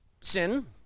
sin